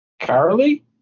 Carly